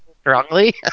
strongly